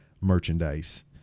merchandise